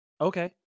Okay